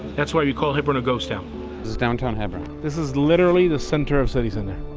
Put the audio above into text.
that's why we call hebron a ghost town. this is downtown hebron? this is literally the center of city center,